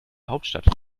hauptstadt